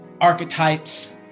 archetypes